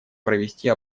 провести